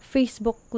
Facebook